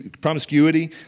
promiscuity